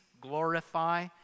Glorify